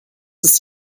ist